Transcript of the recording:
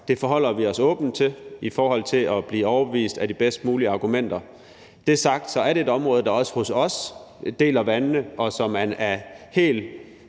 Det forholder vi os åbent til i forhold til at blive overbevist af de bedst mulige argumenter. Når det er sagt, er det et område, der også hos os deler vandene, og hvor man af helt